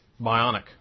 bionic